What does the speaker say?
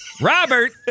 Robert